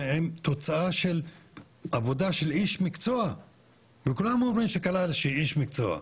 שהן תוצאה של עבודה של איש מקצוע וכולם אומרים שקלעג'י הוא איש מקצוע.